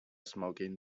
smoking